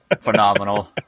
phenomenal